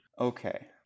Okay